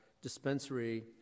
dispensary